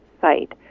site